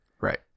Right